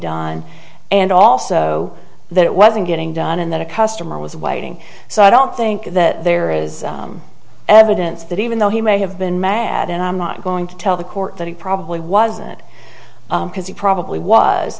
done and also that it wasn't getting done and that a customer was waiting so i don't think that there is evidence that even though he may have been mad and i'm not going to tell the court that it probably wasn't because he probably was